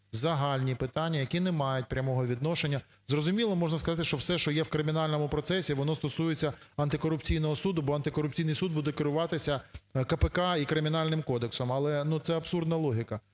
загальні питання, які не мають прямого відношення. Зрозуміло, можна сказати, що все, що ж в кримінальному процесі, воно стосується антикорупційного суду, бо антикорупційний суд буде керуватися КПК і Кримінальним кодексом, але це абсурдна логіка.